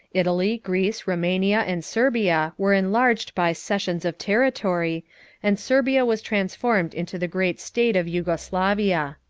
italy, greece, rumania, and serbia were enlarged by cessions of territory and serbia was transformed into the great state of jugoslavia.